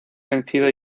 vencido